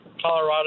Colorado